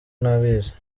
ntabizi